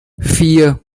vier